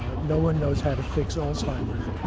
no one knows how to fix alzheimer's,